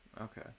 Okay